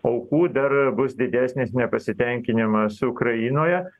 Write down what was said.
aukų dar bus didesnis nepasitenkinimas ukrainoje